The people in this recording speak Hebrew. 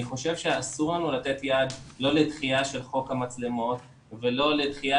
אני חושב שאסור לנו לתת יד לא לדחייה של חוק המצלמות ולא לדחייה